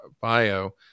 bio